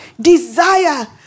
Desire